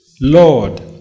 Lord